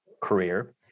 career